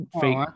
fake